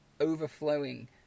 overflowing